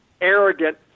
arrogant